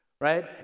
right